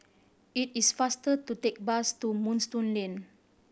it is faster to take bus to Moonstone Lane